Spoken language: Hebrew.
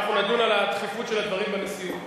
אנחנו נדון בדחיפות של הדברים בנשיאות,